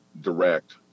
direct